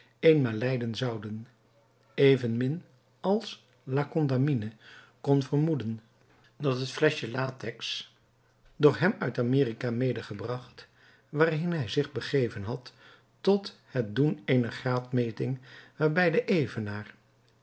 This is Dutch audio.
eenmaal leiden zouden evenmin als la condamine kon vermoeden dat het fleschje caoutchouc door hem uit amerika medegebracht waarheen hij zich begeven had tot het doen eener graadmeting nabij den evenaar